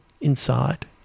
inside